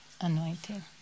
anointing